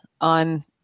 on